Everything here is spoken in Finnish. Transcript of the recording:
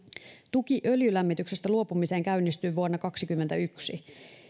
tuki öljylämmityksistä luopumiseen käynnistyy vuonna kaksikymmentäyksi